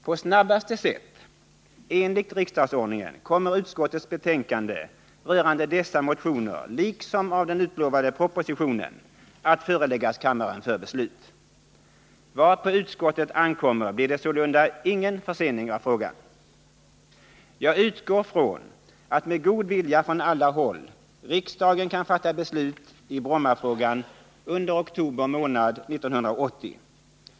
På snabbaste sätt enligt riksdagsordningen kommer utskottets betänkande över dessa motioner liksom över den utlovade propositionen att föreläggas kammaren för beslut. Vad på utskottet ankommer blir det sålunda ingen försening av frågan. Jag utgår från att, med god vilja från alla håll, riksdagen kan fatta beslut i Brommafrågan under oktober månad 1980.